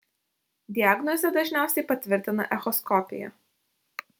diagnozę dažniausiai patvirtina echoskopija